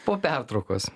po pertraukos